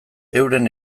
euren